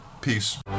Peace